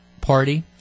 Party